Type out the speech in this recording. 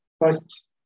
first